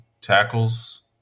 tackles